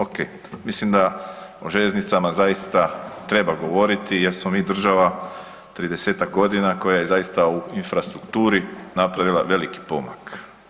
Ok, mislim da o željeznicama zaista treba govoriti jer smo mi država 30-tak godina koja je zaista u infrastrukturi napravila veliki pomak.